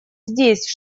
здесь